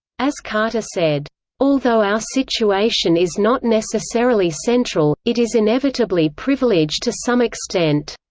as carter said although our situation is not necessarily central, it is inevitably privileged to some extent.